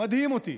מדהים אותי